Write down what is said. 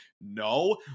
no